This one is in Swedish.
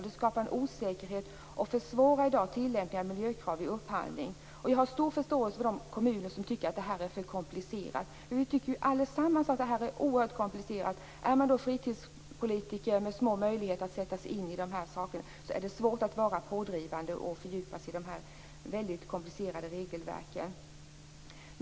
Det skapar en osäkerhet och försvårar i dag tillämpningen av miljökrav vid upphandling. Jag har stor förståelse för de kommuner som tycker att det här är för komplicerat. Allesammans tycker vi ju att detta är oerhört komplicerat. Är man då fritidspolitiker med små möjligheter att sätta sig in i dessa saker är det svårt att vara pådrivande och att fördjupa sig i de här väldigt komplicerade regelverken.